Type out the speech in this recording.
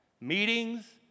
meetings